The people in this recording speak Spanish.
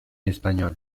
español